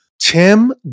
Tim